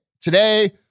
today